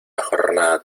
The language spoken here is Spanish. jornada